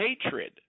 hatred